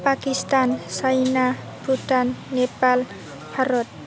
Pakistan China Bhutan Nepal Bharat